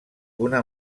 una